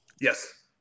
Yes